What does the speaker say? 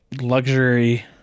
luxury